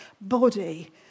body